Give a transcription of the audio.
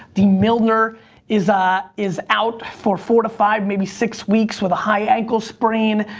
dee milliner is ah is out for four to five, maybe six weeks with a high ankle sprain.